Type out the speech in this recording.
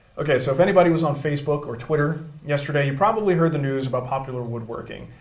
okay, so if anybody was on facebook or twitter yesterday, you probably heard the news about popular woodworking.